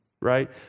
right